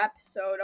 episode